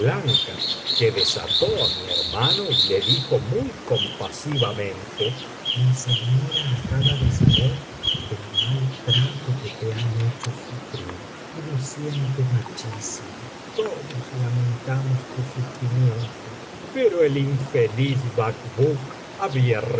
blanca que desató á mi hermano y le dijo muy compasivamente mi señora acaba de saber el mal trato que te han hecho biblioteca valenciana las mil noches y una noche sufrir y lo siente muchísimo todos lamentamos tus sufrimientos pero el infeliz